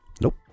Nope